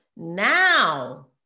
Now